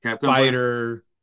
fighter